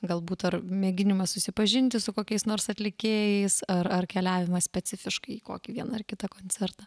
galbūt ar mėginimas susipažinti su kokiais nors atlikėjais ar ar keliavimas specifiškai į kokį vieną ar kitą koncertą